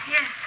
Yes